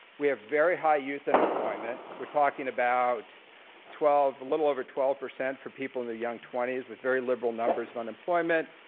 we have very high youth unemployment, we're talking about twelve a little over twelve percent for people in the young twenty s with very liberal numbers of unemployment.